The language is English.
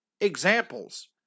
examples